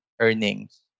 earnings